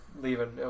leaving